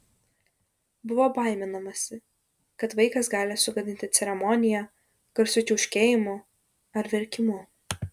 buvo baiminamasi kad vaikas gali sugadinti ceremoniją garsiu čiauškėjimu ar verkimu